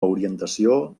orientació